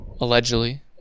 allegedly